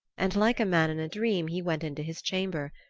and like a man in a dream he went into his chamber,